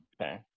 Okay